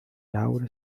laura